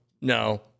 no